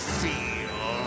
feel